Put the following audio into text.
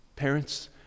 parents